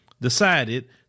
decided